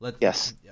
Yes